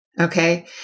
Okay